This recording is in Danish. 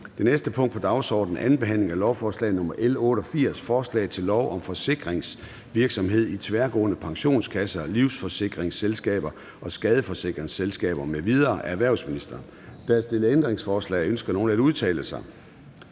Det næste punkt på dagsordenen er: 17) 2. behandling af lovforslag nr. L 88: Forslag til lov om forsikringsvirksomhed i tværgående pensionskasser, livsforsikringsselskaber og skadesforsikringsselskaber m.v. (lov om forsikringsvirksomhed).